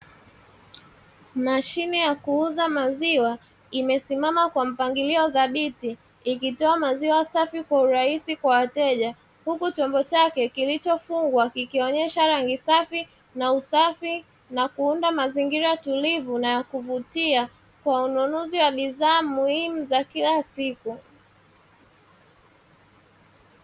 Mashine ya kuuza maziwa imesimama kwa mpangilio thabiti. Ikitoa maziwa safi kwa urahisi kwa wateja. Huku chombo chake kilichofungwa kikionyesha rangi safi na usafi na kuunda mazingira tulivu na ya kuvutia kwa ununuzi wa bidhaa muhimu za kila siku.